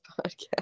podcast